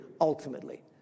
ultimately